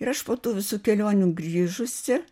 ir aš po tų visų kelionių grįžusi